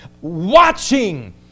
watching